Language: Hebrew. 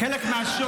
זה חלק מהשואו.